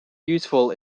useful